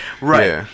right